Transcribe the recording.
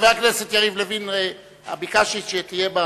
חבר הכנסת יריב לוין, ביקשתי שתהיה,